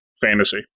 fantasy